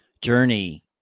journey